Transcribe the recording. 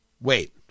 Wait